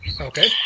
Okay